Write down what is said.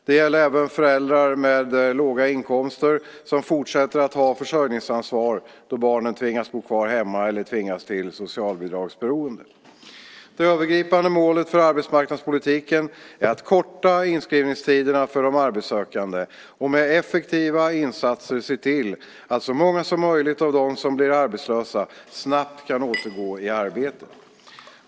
Det gäller även föräldrar med låga inkomster som fortsätter att ha försörjningsansvar då barnen tvingas bo kvar hemma eller tvingas till socialbidragsberoende. Det övergripande målet för arbetsmarknadspolitiken är att korta inskrivningstiderna för de arbetssökande och med effektiva insatser se till att så många som möjligt av dem som blir arbetslösa snabbt kan återgå i arbete.